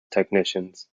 technicians